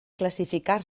classificar